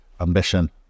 ambition